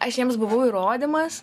aš jiems buvau įrodymas